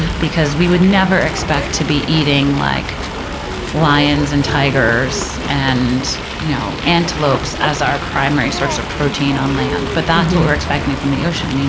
because we would never expect to be eating like lions and tigers and you know antelopes as our primary source of protein on land, but that's what we're expecting from the ocean.